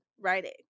writing